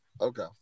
okay